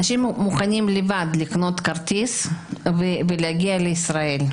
אנשים מוכנים לבד לקנות כרטיס ולהגיע לישראל,